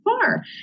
far